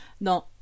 Non